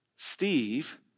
Steve